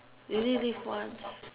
you only live once